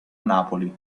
napoli